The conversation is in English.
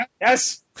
Yes